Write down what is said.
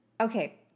Okay